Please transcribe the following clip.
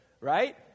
right